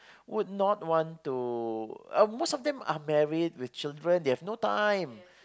would not want to uh most of them are married with children they have no time